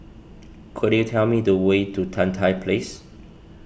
could you tell me the way to Tan Tye Place